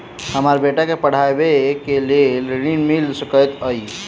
हमरा बेटा केँ पढ़ाबै केँ लेल केँ ऋण मिल सकैत अई?